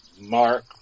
Mark